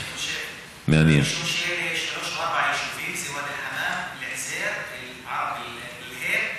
אני חושב, ארבעה יישובים בדואיים, אני